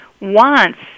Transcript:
wants